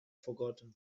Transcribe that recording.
forgotten